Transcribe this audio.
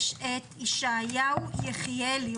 את ישעיהו יחיאלי,